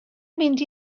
mynd